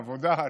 העבודה,